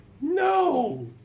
No